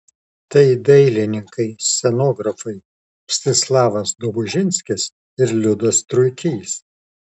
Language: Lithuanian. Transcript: tai dailininkai scenografai mstislavas dobužinskis ir liudas truikys